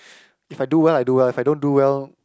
if I do well I do well if I don't do well